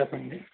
చెప్పండీ